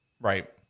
right